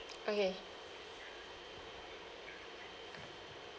okay